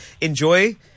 enjoy